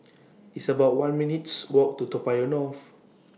It's about one minutes' Walk to Toa Payoh North